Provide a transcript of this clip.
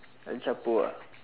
el chapo ah